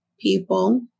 people